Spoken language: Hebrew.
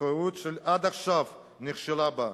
מחויבות שעד עכשיו היא נכשלה בה.